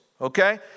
okay